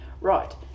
Right